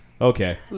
Okay